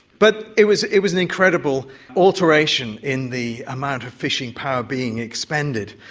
but it was it was an incredible alteration in the amount of fishing power being expended.